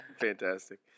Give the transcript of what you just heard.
Fantastic